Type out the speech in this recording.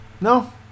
No